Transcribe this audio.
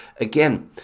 again